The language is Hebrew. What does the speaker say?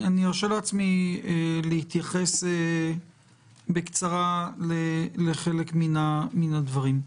ארשה לעצמי להתייחס בקצרה לחלק מן הדברים.